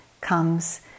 comes